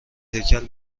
هیکل